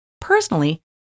Personally